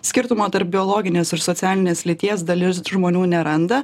skirtumo tarp biologinės ir socialinės lyties dalis žmonių neranda